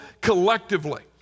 collectively